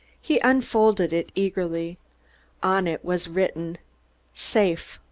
he unfolded it eagerly on it was written safe.